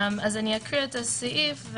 אקריא את הסעיף,